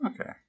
Okay